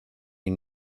you